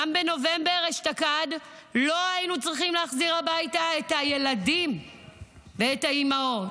גם בנובמבר אשתקד לא היינו צריכים להחזיר הביתה את הילדים ואת האימהות.